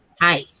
Hi